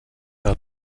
del